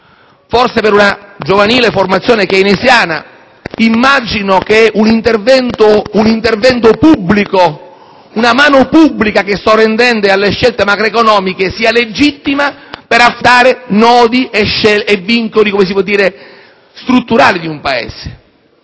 Forse per una giovanile formazione keynesiana immagino che un intervento pubblico, una mano pubblica che sovrintenda alle scelte macroeconomiche sia legittima per affrontare nodi e vincoli strutturali di un Paese.